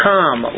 Come